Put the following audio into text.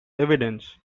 evidence